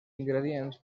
ingredients